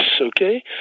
okay